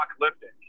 Apocalyptic